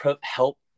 help